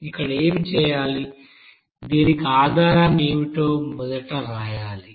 ఇక్కడ ఏమి చేయాలి దీనికి ఆధారం ఏమిటో మొదట రాయాలి